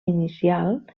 inicial